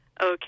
Okay